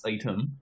item